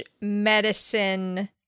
medicine